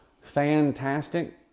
Fantastic